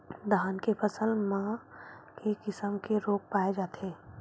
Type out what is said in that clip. धान के फसल म के किसम के रोग पाय जाथे?